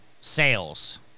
sales